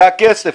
זה הכסף,